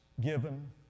given